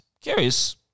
curious